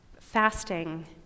Fasting